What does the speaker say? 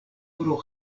pro